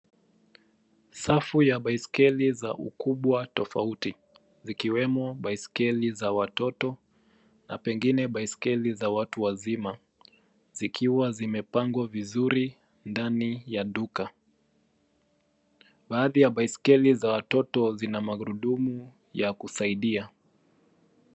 Safu ya baiskeli za ukubwa tofauti zikiwemo baiskeli za watoto na pengine baiskeli za watu wazima, zikiwa zimepangwa vizuri ndani ya duka. Baadhi ya baiskeli za watoto zina magurudumu ya kusaidia.